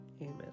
Amen